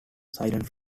silent